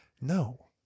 No